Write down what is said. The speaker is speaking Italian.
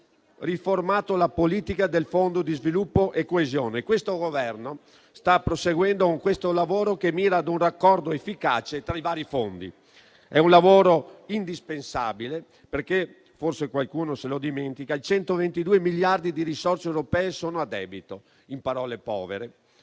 Abbiamo riformato la politica del Fondo di sviluppo e coesione e il Governo sta proseguendo con questo lavoro che mira ad un raccordo efficace tra i vari fondi. È un lavoro indispensabile, perché - forse qualcuno se ne dimentica - i 122 miliardi di risorse europee sono a debito. In parole povere,